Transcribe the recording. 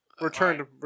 Return